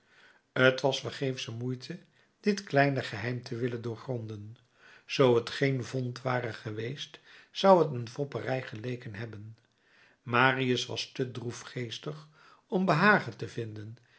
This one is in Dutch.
t was vergeefsche moeite dit kleine geheim te willen doorgronden zoo t geen vond ware geweest zou t een fopperij geleken hebben marius was te droefgeestig om behagen te vinden